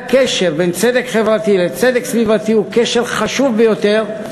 הקשר בין צדק סביבתי לצדק חברתי הוא קשר חשוב ביותר.